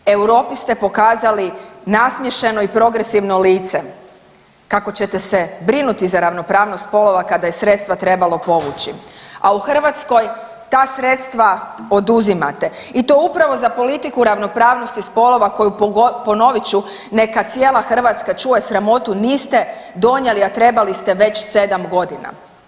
Europi ste pokazali nasmiješeno i progresivno lice, kako ćete se brinuti za ravnopravnost spolova kada je sredstva trebalo povući, a u Hrvatskoj ta sredstva oduzimate i to upravo za politiku ravnopravnosti spolova koju ponovit ću, neka cijela Hrvatska čuje sramotu niste donijeli, a trebali ste već 7 godina.